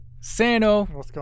Sano